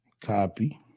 Copy